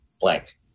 blank